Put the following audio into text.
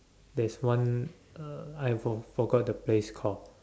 there's one uh I for~ forgot the place called